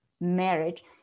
marriage